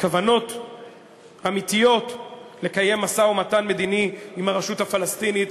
כוונות אמיתיות לקיים משא-ומתן מדיני עם הרשות הפלסטינית,